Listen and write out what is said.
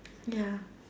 ya